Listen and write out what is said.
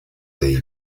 dei